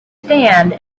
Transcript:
stand